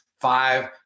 five